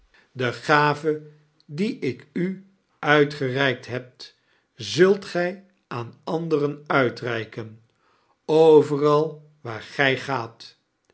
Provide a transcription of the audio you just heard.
dc gave kerstvertellingen die ik u uitgereikt fteb zult gij aan anderen uitreiken overal waar gij gaat